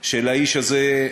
של האיש הזה,